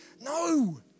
No